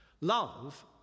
Love